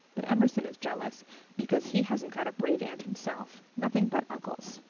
but emerson is jealous because he hasn't got a brave aunt himself, nothing but uncles